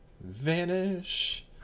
Vanish